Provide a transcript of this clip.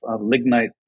lignite